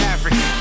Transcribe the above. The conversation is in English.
African